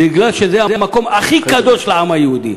זה מפני שזה המקום הכי קדוש לעם היהודי.